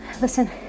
Listen